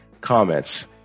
comments